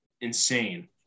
insane